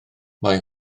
mae